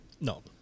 No